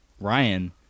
Ryan